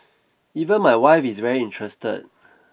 even my wife is very interested